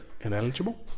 Ineligible